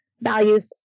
values